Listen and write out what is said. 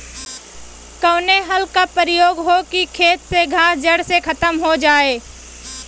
कवने हल क प्रयोग हो कि खेत से घास जड़ से खतम हो जाए?